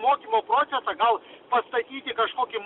mokymo procesą gal pastatyti kažkokį